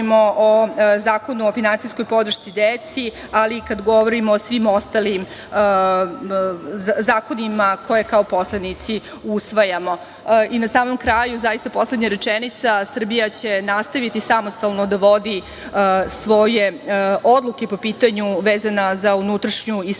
o Zakonu o finansijskoj podršci deci, ali i kada govorimo o svim ostalim zakonima koje kao poslanici usvajamo. Na samom kraju, zaista poslednja rečenica, Srbija će nastaviti samostalno da vodi svoje odluke po pitanju vezanom za unutrašnju i spoljnu